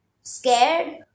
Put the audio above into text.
Scared